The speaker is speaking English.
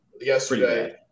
yesterday